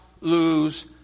lose